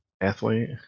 athlete